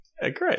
Great